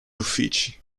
uffici